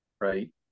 right